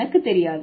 எனக்கு தெரியாது